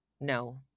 no